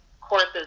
courses